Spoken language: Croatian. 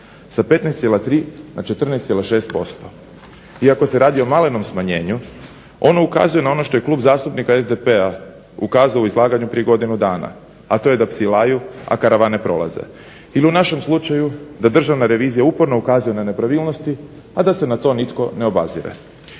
sa 15,3 na 14,6%. Iako se radi o malenom smanjenju ono ukazuje na ono što je Klub zastupnika SDP-a ukazao u izlaganju prije godinu dana, a to je da psi laju, a karavane prolaze. Ili u našem slučaju da Državna revizija uporno ukazuje na nepravilnosti, a da se na to nitko ne obazire.